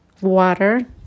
water